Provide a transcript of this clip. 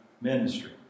ministry